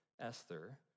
Esther